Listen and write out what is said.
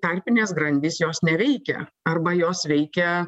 tarpinės grandys jos neveikia arba jos veikia